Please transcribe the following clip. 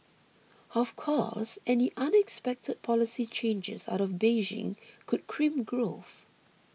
of course any unexpected policy changes out of Beijing could crimp growth